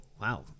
wow